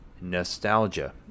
nostalgia